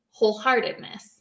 wholeheartedness